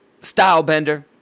Stylebender